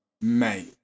Mate